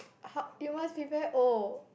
how you must be very old